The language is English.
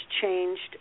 changed